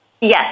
Yes